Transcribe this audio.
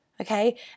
okay